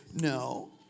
No